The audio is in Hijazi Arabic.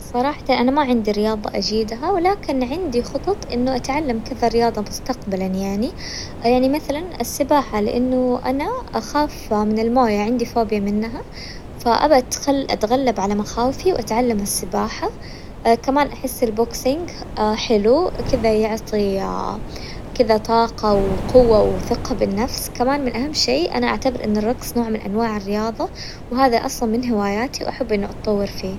صراجة أنا ما عندي رياظة أجيدها ولكن عندي خطط إني أتعلم كذا رياظة مستقبلاً يعني، يعني مثلاً السباحة لأنه أنا أخاف من الموية يعني عندي فوبيا منها فأبى أتخ- أتغلب على مخاوفي وأتعلم السباحة كمان أحس البوكسنيج حلو كذا يعطي كذا طاقة وقوة وثقافة بالنفس، كمان من أهم شي أنا أعتبر إن الرقص نوع من أنواع الرياظة، وهذا أصلاً من هواياتي وأحب إنه أتطور فيه.